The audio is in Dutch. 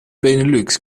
benelux